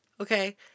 okay